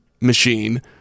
machine